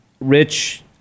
rich